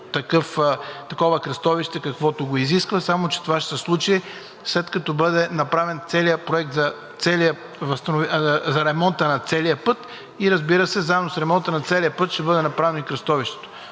такова кръстовище, каквото го изисква, само че това ще се случи, след като бъде направен целият проект за ремонта на целия път и, разбира се, заедно с ремонта на целия път ще бъде направено и кръстовището.